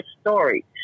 story